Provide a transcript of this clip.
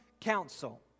council